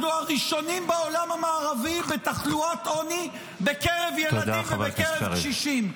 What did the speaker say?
אנחנו הראשונים בעולם המערבי בתחלואת עוני בקרב ילדים ובקרב קשישים.